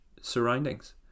surroundings